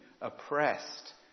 oppressed